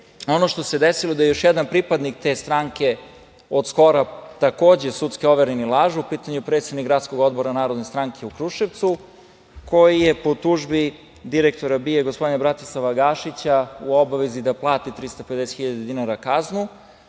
što se desilo jeste da je još jedan pripadnik te stranke od skoro takođe sudski overeni lažov. U pitanju je predsednik gradskog odbora Narodne stranke u Kruševcu koji je po tužbi direktora BIA Bratislava Gašića u obavezi da plati 350 hiljada dinara kaznu